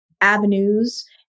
avenues